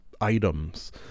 items